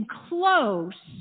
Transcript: close